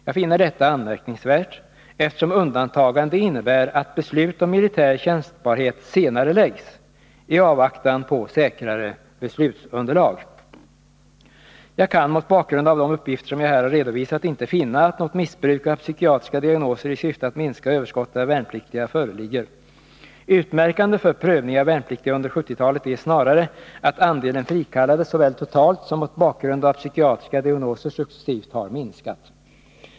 Jag finner detta anmärkningsvärt, eftersom undantagande innebär att beslut om militär tjänstbarhet senareläggs i avvaktan på säkrare beslutsunderlag. Jag kan mot bakgrund av de uppgifter som jag här har redovisat inte finna att något missbruk av psykiatriska diagnoser i syfte att minska överskottet av värnpliktiga föreligger. Utmärkande för prövningen av värnpliktiga under 1970-talet är snarare att andelen frikallade såväl totalt som mot bakgrund av psykiatriska diagnoser successivt har minskat.